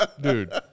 Dude